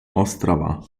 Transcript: ostrava